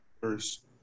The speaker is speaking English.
First